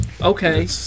okay